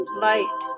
light